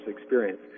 experience